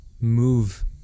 move